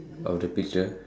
of the picture